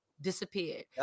disappeared